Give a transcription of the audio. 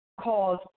called